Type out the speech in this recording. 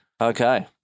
Okay